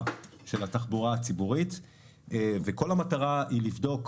של התחבורה הציבורית וכל המטרה היא לבדוק